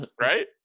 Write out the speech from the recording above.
Right